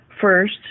First